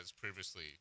previously